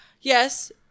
Yes